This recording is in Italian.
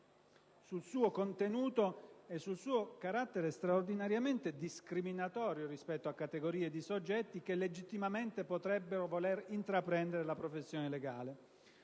sul suo contenuto e sul suo carattere straordinariamente discriminatorio rispetto a categorie di soggetti che legittimamente potrebbero voler intraprendere la professione legale: